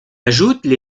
ajoutent